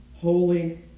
holy